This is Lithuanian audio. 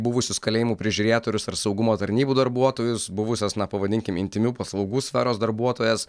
buvusius kalėjimų prižiūrėtorius ar saugumo tarnybų darbuotojus buvusias na pavadinkim intymių paslaugų sferos darbuotojas